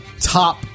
top